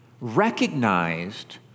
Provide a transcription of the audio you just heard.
recognized